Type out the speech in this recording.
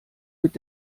mit